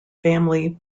family